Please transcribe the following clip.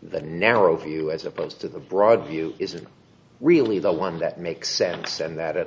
the narrow view as opposed to the broad view isn't really the one that makes sense and that at